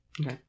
Okay